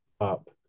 up